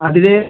അതിൽ